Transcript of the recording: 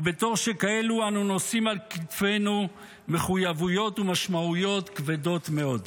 ובתור שכאלו אנו נושאים על כתפינו מחויבויות ומשמעויות כבדות מאוד.